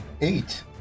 eight